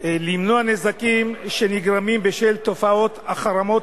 היא למנוע נזקים שנגרמים בשל תופעות החרמות